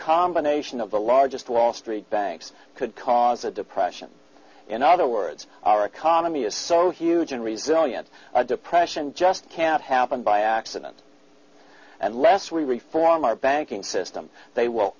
combination of the largest wall street banks could cause a depression in other words our economy is so huge and resign yet depression just can't happen by accident unless we reform our banking system they will